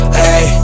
hey